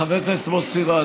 חבר הכנסת מוסי רז,